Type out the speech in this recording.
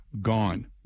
gone